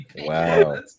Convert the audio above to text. wow